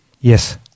Yes